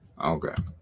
Okay